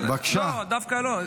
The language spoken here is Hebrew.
--- לא, דווקא לא.